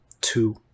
Two